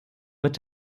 wird